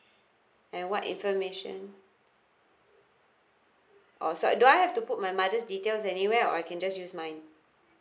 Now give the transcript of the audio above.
and what information or so I do I have to put my mother's details anywhere or I can just use mind